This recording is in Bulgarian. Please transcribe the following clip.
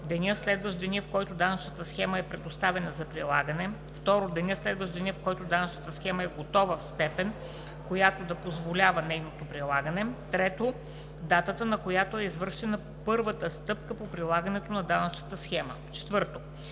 деня, следващ деня, в който данъчната схема е предоставена за прилагане; 2. деня, следващ деня, в който данъчната схема е готова в степен, която да позволява нейното прилагане; 3. датата, на която е извършена първата стъпка по прилагането на данъчната схема.“ 4.